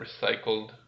recycled